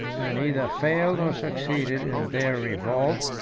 and either failed or succeeded in their revolt,